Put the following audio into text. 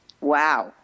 Wow